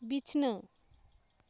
ᱵᱤᱪᱷᱱᱟᱹ